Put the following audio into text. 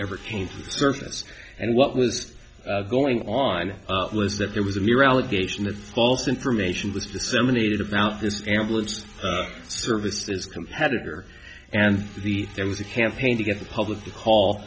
ever came to the surface and what was going on was that there was a mere allegation that false information was disseminated about this ambulance services competitor and the there was a campaign to get the public to call